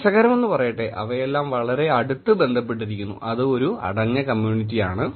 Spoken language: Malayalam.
രസകരമെന്നു പറയട്ടെ അവയെല്ലാം വളരെ അടുത്ത് ബന്ധപ്പെട്ടിരിക്കുന്നു അത് ഒരു അടഞ്ഞ കമ്മ്യൂണിറ്റി ആണ്